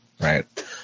Right